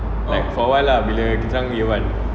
for a while ah bila kita orang year one